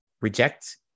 reject